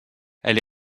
elle